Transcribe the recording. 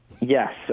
Yes